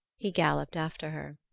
he galloped after her.